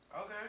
Okay